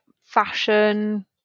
fashion